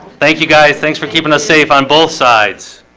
thank you guys thanks for keeping us safe on both sides